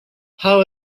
how